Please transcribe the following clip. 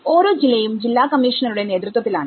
ഓരോ ജില്ലയും ജില്ലാ കമ്മീഷണറുടെ നേതൃത്വത്തിലാണ്